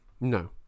No